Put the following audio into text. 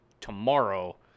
tomorrow